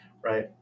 right